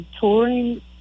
touring